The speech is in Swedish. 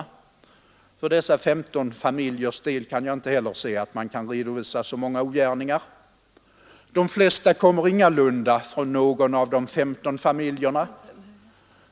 För dessa 15 familjers del kan jag inte se att man kan redovisa några ogärningar. Men de flesta kommer ingalunda från någon av ”de 15 familjerna”.